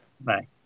Bye